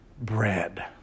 bread